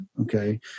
okay